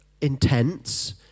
intense